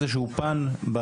איזשהו פן,